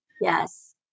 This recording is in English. Yes